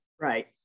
Right